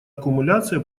аккумуляция